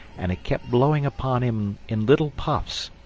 and it kept blowing upon him in little puffs,